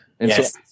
Yes